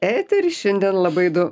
eterį šiandien labai do